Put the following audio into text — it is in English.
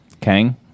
kang